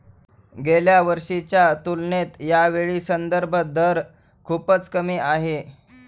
गेल्या वर्षीच्या तुलनेत यावेळी संदर्भ दर खूपच कमी आहे